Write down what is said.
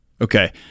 Okay